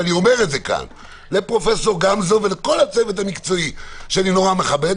ואני אומר לפרופ' גמזו ולכל הצוות המקצועי שאני נורא מכבד,